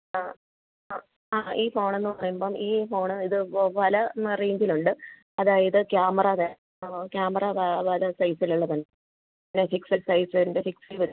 അ അ ആ ഈ ഫോണെന്ന് പറയുമ്പം ഈ ഫോൺ ഇത് പല റേഞ്ചിലുണ്ട് അതായത് ക്യാമറ വ ക്യാമറ പല സൈസിലുള്ളത് അനുസരിച്ച് അതിൻ്റെ പിക്സൽ സൈസ് പിക്സൽ വലു